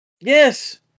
Yes